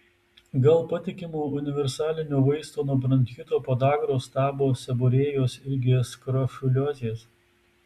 gal patikimo universalinio vaisto nuo bronchito podagros stabo seborėjos irgi skrofuliozės